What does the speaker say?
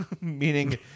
meaning